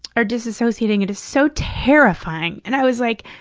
are disassociating, it is so terrifying. and i was like,